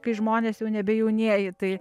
kai žmonės jau nebe jaunieji tai